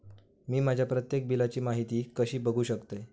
मी माझ्या प्रत्येक बिलची माहिती कशी बघू शकतय?